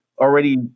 already